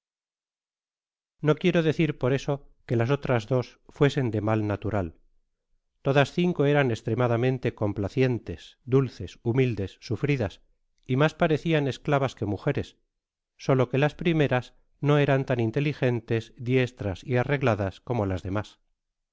no quiero deoir por eso que las otras dos fuesen de mal natural todas cinco eran estremadamente complacientes dulces humildes sufridas y mas parecian esclavas que mujeres solo que las primeras no eran tan inteligentes diestras y arregladas oomo las demas